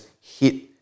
hit